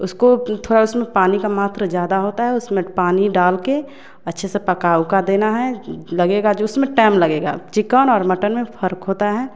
उसको थोड़ा उसमें पानी का मात्रा ज़्यादा होता है उसमें पानी डाल के अच्छे से पका ऊका देना हैं लगेगा जो उसमें टाइम लगेगा चिकन और मटन में फर्क होता है